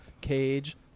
cage